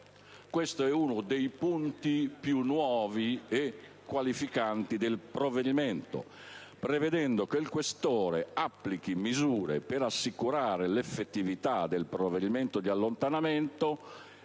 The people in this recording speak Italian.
questo è uno dei punti più nuovi e qualificanti del provvedimento - prevedendo che il questore applichi misure per assicurare l'effettività del provvedimento di allontanamento